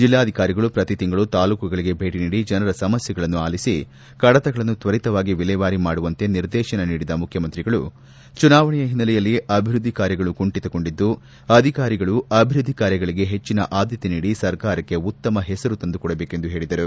ಜಿಲ್ಲಾಧಿಕಾರಿಗಳು ಪ್ರತಿ ತಿಂಗಳು ತಾಲೂಕುಗಳಿಗೆ ಭೇಟಿ ನೀಡಿ ಜನರ ಸಮಸ್ಥೆಗಳನ್ನು ಆಲಿಸಿ ಕಡತಗಳನ್ನು ತ್ವರಿತವಾಗಿ ವಿಲೇವಾರಿ ಮಾಡುವಂತೆ ನಿರ್ದೇತನ ನೀಡಿದ ಮುಖ್ಯಮಂತ್ರಿಗಳು ಚುನಾವಣೆಯ ಹಿನ್ನಲೆಯಲ್ಲಿ ಅಭಿವೃದ್ದಿ ಕಾರ್ಯಗಳು ಕುಂಠಿತಗೊಂಡಿದ್ದು ಅಧಿಕಾರಿಗಳು ಅಭಿವೃದ್ದಿ ಕಾರ್ಯಗಳಿಗೆ ಹೆಚ್ಚಿನ ಆದ್ಯತೆ ನೀಡಿ ಸರ್ಕಾರಕ್ಕೆ ಉತ್ತಮ ಹೆಸರು ತಂದು ಕೊಡಬೇಕೆಂದು ಹೇಳಿದರು